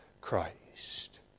Christ